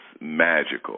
magical